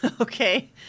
Okay